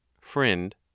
Friend